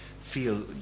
feel